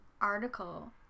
article